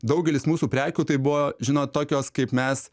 daugelis mūsų prekių tai buvo žinot tokios kaip mes